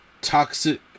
toxic